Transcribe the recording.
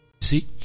See